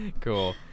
Cool